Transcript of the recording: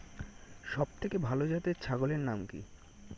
সবথেকে ভালো জাতের ছাগলের নাম কি?